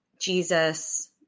Jesus